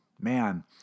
Man